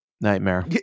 Nightmare